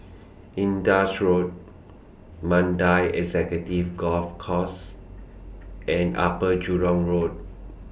Indus Road Mandai Executive Golf Course and Upper Jurong Road